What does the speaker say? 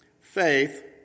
faith